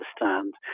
understand